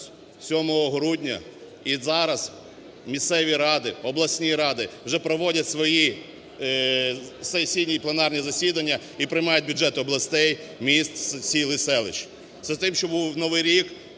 7 грудня. І зараз місцеві ради, обласні ради вже проводять свої сесійні пленарні засідання і приймають бюджет областей, міст, сіл і селищ, з тим, щоб в новий рік